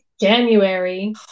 January